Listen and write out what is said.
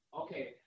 Okay